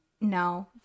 No